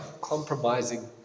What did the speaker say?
compromising